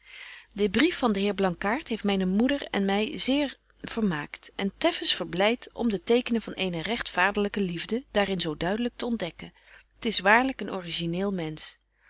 de brief van den heer blankaart heeft myne moeder en my zeer vermaakt en teffens verblyt om de tekenen van eene regt vaderlyke liefde daar in zo duidlyk te ontdekken t is waarlyk een origineel mensch